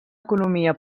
economia